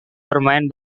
bermain